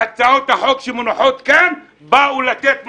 והצעות החוק שמונחות כאן באו לתת מעבר.